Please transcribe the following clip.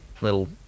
little